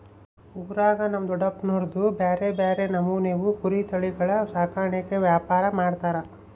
ಊರಾಗ ನಮ್ ದೊಡಪ್ನೋರ್ದು ಬ್ಯಾರೆ ಬ್ಯಾರೆ ನಮೂನೆವು ಕುರಿ ತಳಿಗುಳ ಸಾಕಾಣಿಕೆ ವ್ಯಾಪಾರ ಮಾಡ್ತಾರ